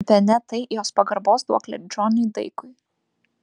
bene tai jos pagarbos duoklė džonui daigui